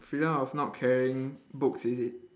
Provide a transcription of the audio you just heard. freedom of not carrying books is it